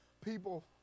people